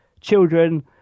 children